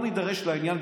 בוא נידרש לעניין,